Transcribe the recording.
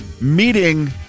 meeting